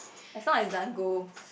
as long as it doesn't go